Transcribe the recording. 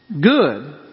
good